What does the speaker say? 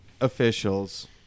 officials